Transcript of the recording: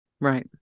Right